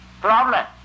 problem